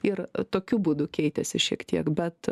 ir tokiu būdu keitėsi šiek tiek bet